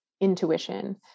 intuition